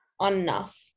enough